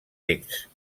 text